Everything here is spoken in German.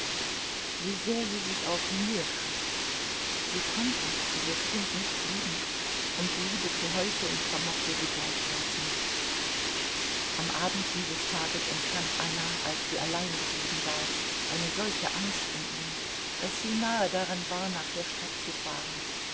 wie sehr sie sich auch mühe gab sie konnte dieses kind nicht lieben und liebe zu heucheln vermochte sie gleichfalls nicht am abend dieses tages empfand anna als sie allein geblieben war eine solche angst um ihn daß sie nahe daran war nach der stadt zu fahren